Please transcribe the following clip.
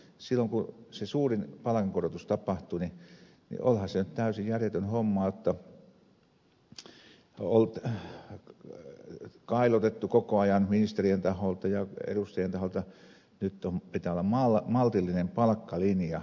silloin kun se suurin palkankorotus tapahtui niin olihan se nyt täysin järjetön homma jotta on kailotettu koko ajan ministerien taholta ja edustajien taholta että nyt pitää olla maltillinen palkkalinja